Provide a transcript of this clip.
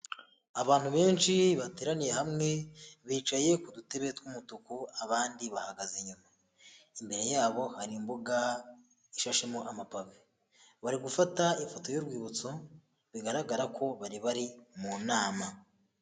Abantu benshi bateraniye hamwe bicaye ku dutebe tw'umutuku abandi bahagaze inyuma, imbere yabo hari imbuga ishashemo amapave, bari gufata ifoto y'urwibutso bigaragara ko bari bari mu nama.